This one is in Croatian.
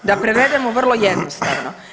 Da prevedemo vrlo jednostavno.